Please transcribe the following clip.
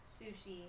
Sushi